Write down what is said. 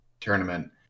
tournament